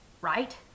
Right